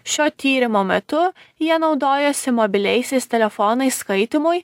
šio tyrimo metu jie naudojosi mobiliaisiais telefonais skaitymui